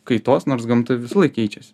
kaitos nors gamta visąlaik keičiasi